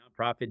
nonprofit